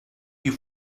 you